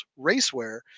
racewear